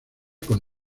con